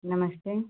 नमस्ते